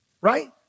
Right